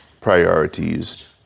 priorities